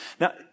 Now